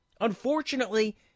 Unfortunately